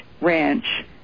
ranch